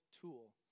tool